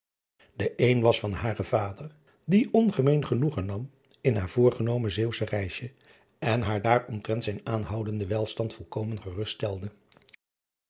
e een was van haren vader die ongemeen genoegen nam in driaan oosjes zn et leven van illegonda uisman haar voorgenomen eeuwsch reisje en haar omtrent zijn aanhoudenden welstand volkomen